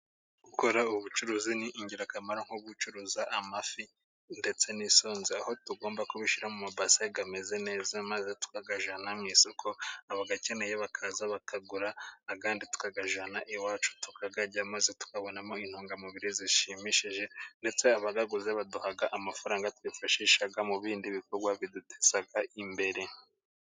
Gukora ubucuruzi ni ingirakamaro nko gucuruza amafi ndetse n'isonze, aho tugomba kubishyira mu mabase ameze neza maze tukayajyana mu isoko. Abayakeneye bakaza bakagura akandi tukayajyana iwacu tukayarya maze tukabonamo intungamubiri zishimishije ndetse abayaguze baduha amafaranga twiyafashishaga mu bindi bikorwa biduteza imbere.